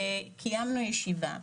קיימנו ישיבה.